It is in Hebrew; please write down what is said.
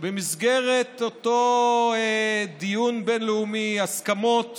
שבמסגרת אותו דיון בין-לאומי על הסכמות